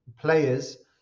players